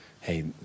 hey